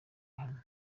hano